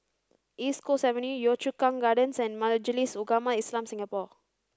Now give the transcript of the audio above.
East Coast Avenue Yio Chu Kang Gardens and Majlis Ugama Islam Singapura